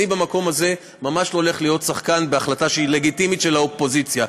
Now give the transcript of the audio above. במקום הזה ממש לא הולך להיות שחקן בהחלטה שהיא לגיטימית של האופוזיציה.